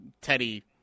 Teddy